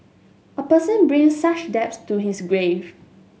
a person brings such debts to his grave